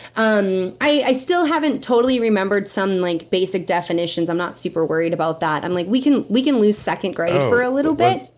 um i still haven't totally remembered some like basic definitions. i'm not super worried about that. i'm like, we can we can lose second grade for a little bit.